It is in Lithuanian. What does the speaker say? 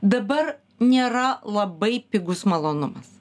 dabar nėra labai pigus malonumas